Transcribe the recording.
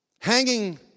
hanging